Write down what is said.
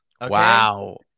Wow